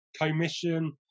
Commission